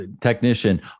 technician